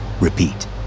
repeat